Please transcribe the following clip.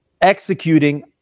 executing